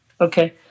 Okay